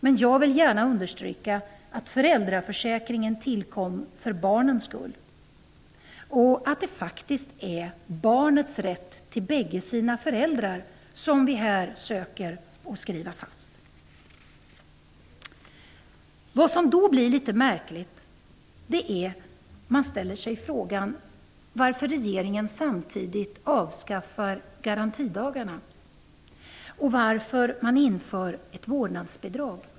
Det kan jag instämma i, men jag vill understryka att föräldraförsäkringen tillkom för barnens skull. Det är faktiskt barnets rätt till båda sina föräldrar som vi här söker slå fast. Man ställer sig då frågan varför regeringen samtidigt avskaffar garantidagarna och inför ett vårdnadsbidrag.